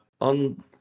on